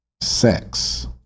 sex